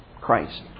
Christ